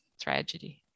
tragedy